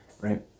right